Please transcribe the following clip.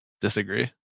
disagree